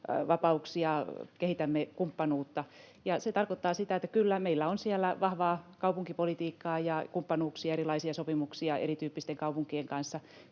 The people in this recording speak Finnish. vapauksia, kehitämme kumppanuutta. Ja se tarkoittaa sitä, että kyllä, meillä on siellä vahvaa kaupunkipolitiikkaa ja kumppanuuksia, erilaisia sopimuksia erityyppisten kaupunkien kanssa,